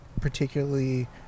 particularly